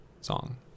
song